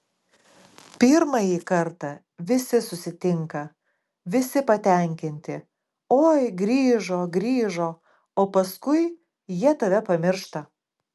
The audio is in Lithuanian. pirmąjį kartą visi susitinka visi patenkinti oi grįžo grįžo o paskui jie tave pamiršta